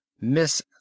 miss